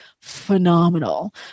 phenomenal